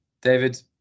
David